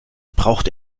braucht